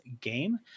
game